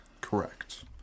correct